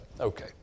okay